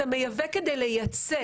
אתה מייבא כדי לייצא.